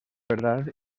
verdad